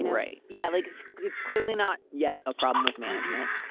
and right yeah. like so it's clearly not yet a problem with management.